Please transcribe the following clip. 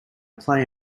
play